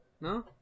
No